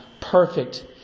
Perfect